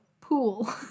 Pool